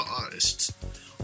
artists